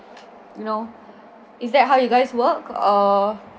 you know is that how you guys work or